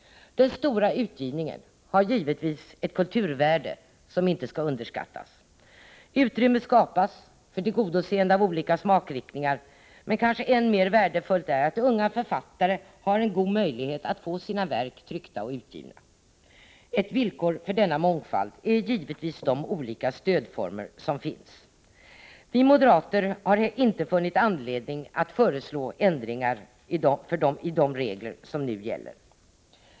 Den stora utgivningen har givetvis ett kulturvärde som inte skall underskattas. Utrymme skapas för tillgodoseende av olika smakriktningar. Men kanske än mer värdefullt är att unga författare har en god möjlighet att få sina verk tryckta och utgivna. Ett villkor för denna mångfald är givetvis de olika stödformer som finns. Vi moderater har heller inte funnit anledning att föreslå ändringar i de regler som nu gäller.